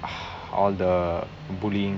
all the bullying